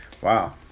wow